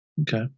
Okay